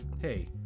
hey